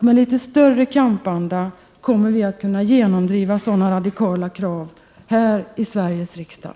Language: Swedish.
Med litet större kampanda kommer vi att kunna genomdriva sådana radikala krav här i Sveriges riksdag.